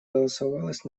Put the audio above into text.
голосовалась